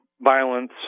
violence